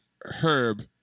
herb